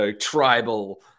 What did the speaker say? tribal